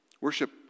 Worship